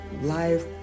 life